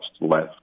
less